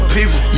People